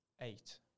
eight